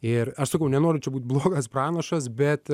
ir aš sakau nenoriu čia būt blogas pranašas bet